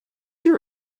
your